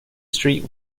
street